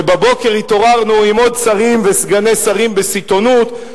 ובבוקר התעוררנו עם עוד שרים וסגני שרים בסיטונות,